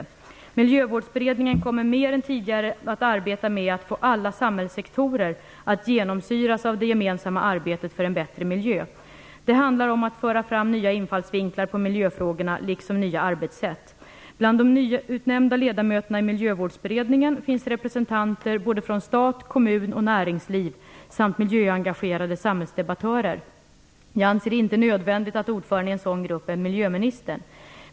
Miljövårdsberedningen kommer mer än tidigare att arbeta med att få alla samhällssektorer att genomsyras av det gemensamma arbetet för en bättre miljö. Det handlar om att föra fram nya infallsvinklar på miljöfrågorna liksom nya arbetssätt. Bland de nyutnämnda ledamöterna i Miljövårdsberedningen finns representanter från både stat, kommun och näringsliv samt miljöengagerade samhällsdebattörer. Jag anser det inte nödvändigt att ordföranden i en sådan grupp är miljöministern.